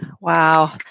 Wow